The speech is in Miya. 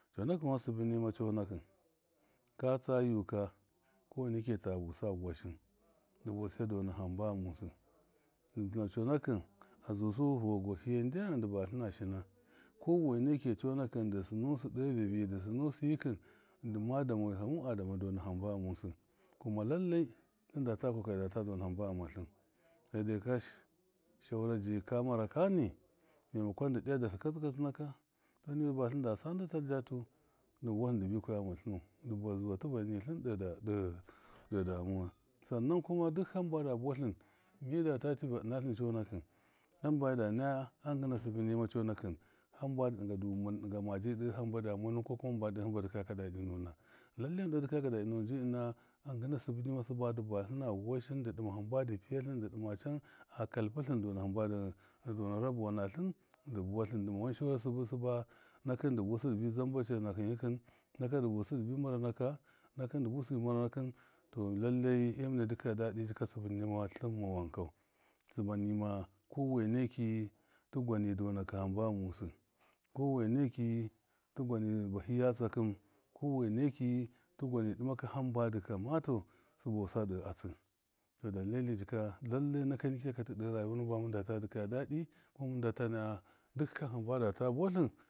Cɔnakɨ wan sɨbɨ nima cɔnakṫn ka tsayuka kɔwene kita busa vɔshɨmi dɨ buse dɔna hamba ghamu sɨ cɔnakɨn a zusu vɔgwahiyai ndyam dɨ batlina shika kɔwene ki cɔnakɨn dɨ sɨnusɨ de vevi dɨ sɨnusɨ yikṫm dɨma dɔma wihamu adama dɔna hamba ghamusɨ, kuma lallai tlɨnda ta kɔkari data dɔna hamba ghamatlɨn sai dai kɔsh shawara ji kamara kani maimakɔn dɨ diya darhɨ katsɨ katɨna ka ama niwi dɨ batlɨn da sa ndɨ tel jatu di zuwa tɨvan nitlɨn de- de demuwa sannan kuma duk hamba da buwatlɨn midate tiva ɨna tlɨn cɔnakṫn, hamba mida naya a ngina sibɨ nima cɔnakṫn hamba dɨ dɨngau du mɨn dɨn gau du maji hamba demuwa nuwɨn kɔ kuma hamba dikaya ka dadi nuna lallai mɨn de dɨkayaka dadi nuwɨn ji ɨna a ngɨna sɨbɨ nima sɨba dɨbatlṫna washim dɨ dɨma hamba piyatlɨn dɨ dɨma can a kulpṫ tlɨn dɨ dɔna hamba dadɨ dɔna rabɔ natlɨn dɨ buwatlɨn ɗɨma wan shaura sɨbɨ sɨba nakɨn dɨ busɨ zambace nakɨn yikɨn nakɨn dibusɨ dibi mɔra naka tɔ lallai e- mɨne dikaya dedɨ jika sɨbɨ nima. Ma wankau, sɨbɨnima kɔweneki tɨ gwani dɔnaka hamba ghamusɨ hɔwe neki tɨ gwani bahiya tsakɨm, kɔweneki tɨ gwani dɨmakɨ hamba dɨ kamatau, su basa de atsɨ tɔ dalili jika nake ni kgakya tɨ de rayuwa nuwɨn ba mɨn data naya dukkan hainba data buwatlɨn.